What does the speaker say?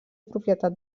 propietat